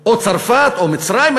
או צרפת או מצרים?